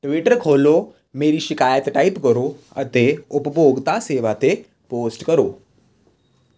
Twitter ਖੋਲ੍ਹੋ ਮੇਰੀ ਸ਼ਿਕਾਇਤ ਟਾਈਪ ਕਰੋ ਅਤੇ ਉਪਭੋਗਤਾ ਸੇਵਾ 'ਤੇ ਪੋਸਟ ਕਰੋ